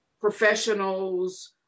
Professionals